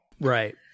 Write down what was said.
Right